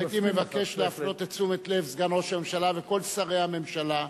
הייתי גם מבקש להפנות את תשומת לב סגן ראש הממשלה וכל שרי הממשלה,